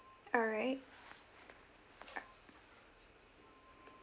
alright